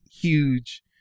huge